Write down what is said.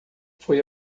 foi